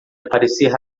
aparecer